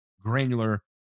granular